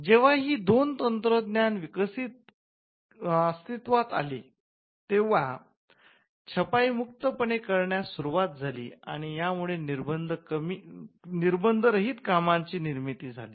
जेव्हा ही दोन तंत्रज्ञान अस्तित्त्वात आली तेव्हा छपाई मुक्तपणे करण्यास सुरवात झाली आणि यामुळे निर्बंध रहित कामांची निर्मिती झाली